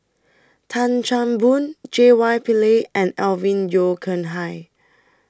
Tan Chan Boon J Y Pillay and Alvin Yeo Khirn Hai